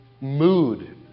mood